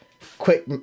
quick